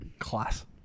class